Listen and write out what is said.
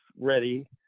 ready